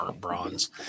Bronze